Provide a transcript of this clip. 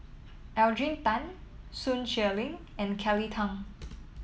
Adrian Tan Sun Xueling and Kelly Tang